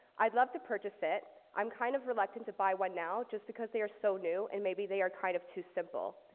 i'd love to purchase it. i'm kind of reluctant to buy one now, just because they are so new, and maybe they are kind of too simple.